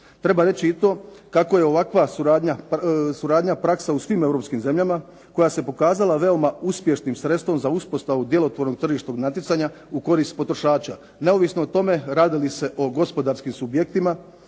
Treba reći i to kako je ovakva suradnja praksa u svim europskim zemljama koja se pokazala veoma uspješnim sredstvom za uspostavu djelotvornog tržišnog natjecanja u korist potrošača neovisno o tome radi li se o gospodarskim subjektima